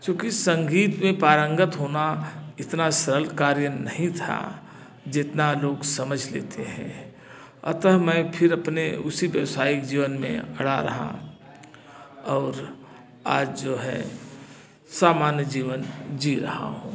चूँकि संगीत में पारंगत होना इतना सरल कार्य नहीं था जितना लोग समझ लेते हैं अतः मैं फिर अपने उसी व्यवसायिक जीवन में अड़ा रहा और आज जो है सामान्य जीवन जी रहा हूँ